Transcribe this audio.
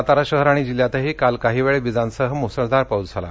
सातारा शहर आणि जिल्ह्यातही काल काही वेळ विजांसह मुसळधार पाऊस झाला